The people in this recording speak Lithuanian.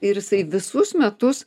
ir jisai visus metus